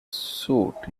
suit